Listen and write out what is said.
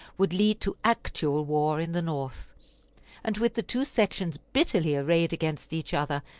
would lead to actual war in the north and with the two sections bitterly arrayed against each other,